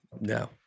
no